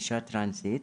אישה טרנסית.